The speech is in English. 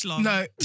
No